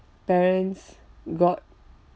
parents got